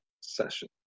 session